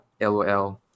LOL